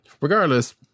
regardless